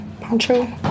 poncho